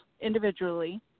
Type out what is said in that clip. individually